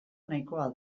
nahikoa